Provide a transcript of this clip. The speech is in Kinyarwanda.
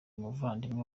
umuvandimwe